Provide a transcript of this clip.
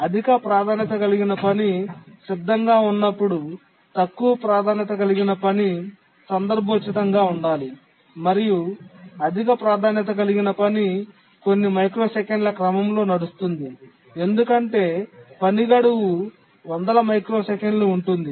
అధిక ప్రాధాన్యత కలిగిన పని సిద్ధంగా ఉన్నప్పుడు తక్కువ ప్రాధాన్యత కలిగిన పని సందర్భోచితంగా ఉండాలి మరియు అధిక ప్రాధాన్యత కలిగిన పని కొన్ని మైక్రోసెకన్ల క్రమంలో నడుస్తుంది ఎందుకంటే పని గడువు వందల మైక్రోసెకన్లు ఉంటుంది